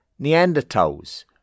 Neanderthals